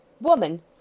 Woman